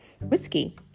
whiskey